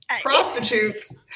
prostitutes